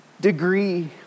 degree